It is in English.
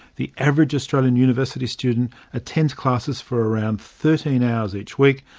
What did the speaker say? the average australian university student attends classes for around thirteen hours each week,